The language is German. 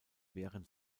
während